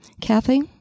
Kathy